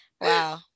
wow